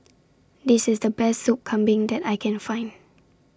This IS The Best Soup Kambing that I Can Find